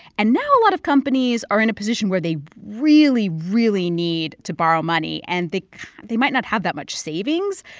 and now a lot of companies are in a position where they really, really need to borrow money. and they they might not have that much savings,